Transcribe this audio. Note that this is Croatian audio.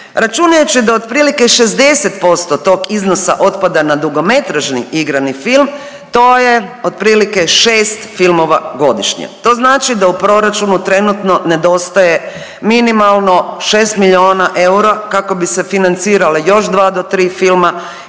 Računajući da otprilike 60% tog iznosa otpada na dugometražni igrani film, to je otprilike 6 filmova godišnje. To znači da u proračunu trenutno nedostaje minimalno 6 milijuna eura kako bi se financirale još 2-3 filma